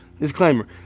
Disclaimer